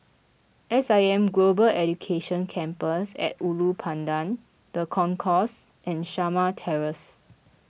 S I M Global Education Campus at Ulu Pandan the Concourse and Shamah Terrace